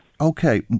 Okay